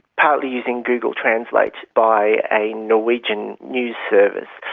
partly using google translate, by a norwegian news service.